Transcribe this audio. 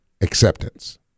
acceptance